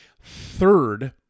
third